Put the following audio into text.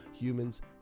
humans